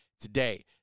today